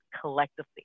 collectively